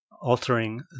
altering